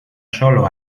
solo